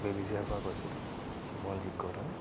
বেবেজীয়াৰ পৰা কৈছিলোঁ মনজিত গৌতম